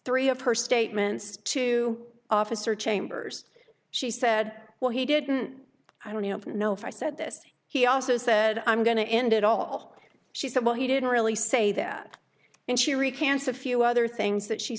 three of her statements to officer chambers she said well he didn't i don't know if i said this he also said i'm going to end it all she said well he didn't really say that and she recants a few other things that she